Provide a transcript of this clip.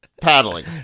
paddling